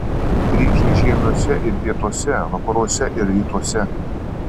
priešai žiemiuose ir pietuose vakaruose ir rytuose